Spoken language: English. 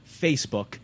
Facebook